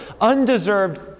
undeserved